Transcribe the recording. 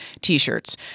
t-shirts